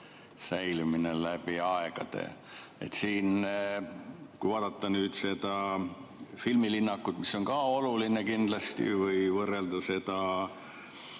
säilimine läbi aegade? Kui vaadata nüüd seda filmilinnakut, mis on ka oluline kindlasti, ja võrrelda seda